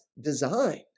design